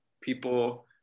people –